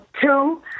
two